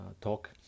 talk